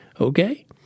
okay